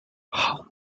how